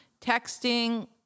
texting